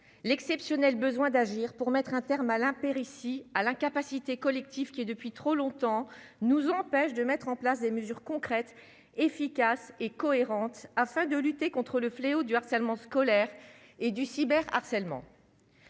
l'exceptionnel besoin d'agir pour mettre un terme à l'impéritie à l'incapacité collective qui est depuis trop longtemps nous empêchent de mettre en place des mesures concrètes, efficaces et cohérentes afin de lutter contre le fléau du harcèlement scolaire et du cyber harcèlement